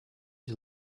you